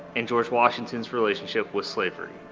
and george washington's relationship with slavery.